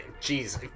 jeez